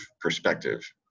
perspective